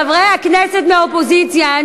חברי הכנסת מהאופוזיציה,